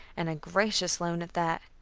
and a gracious loan at that.